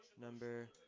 Number